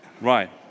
Right